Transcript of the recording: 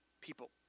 people